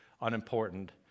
unimportant